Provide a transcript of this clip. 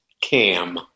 Cam